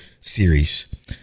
series